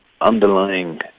underlying